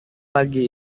pagi